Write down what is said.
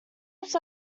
types